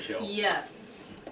yes